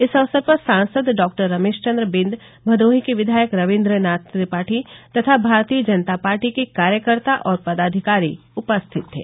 इस अवसर पर सांसद डॉक्टर रमेश चन्द्र बिन्द भदोही के विधायक रविन्द्र नाथ त्रिपाठी तथा भारतीय जनता पार्टी के कार्यकर्ता और पदाधिकारी उपस्थित थे